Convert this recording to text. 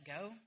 go